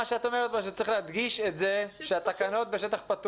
שאת אומרת שצריך להדגיש את זה שהתקנות בשטח פתוח